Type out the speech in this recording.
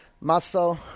muscle